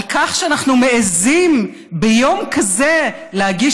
על כך שאנחנו מעיזים ביום כזה להגיש